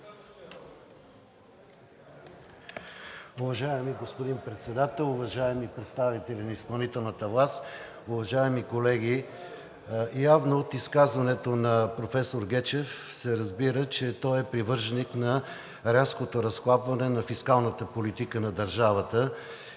Уважаеми господин Председател, уважаеми представители на изпълнителната власт, уважаеми колеги! Явно от изказването на професор Гечев се разбира, че той е привърженик на рязкото разхлабване на фискалната политика на държавата